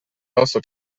also